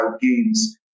games